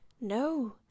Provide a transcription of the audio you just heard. No